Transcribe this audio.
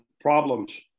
problems